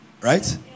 right